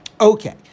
okay